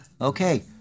Okay